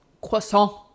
croissant